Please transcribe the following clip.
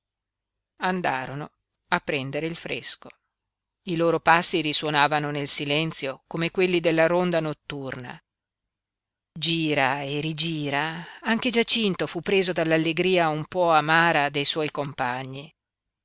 andarono a prendere il fresco i loro passi risuonavano nel silenzio come quelli della ronda notturna gira e rigira anche giacinto fu preso dall'allegria un po amara de suoi compagni